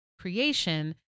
creation